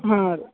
ಹಾಂ ರೀ